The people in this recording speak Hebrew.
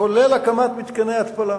כולל הקמת מתקני התפלה,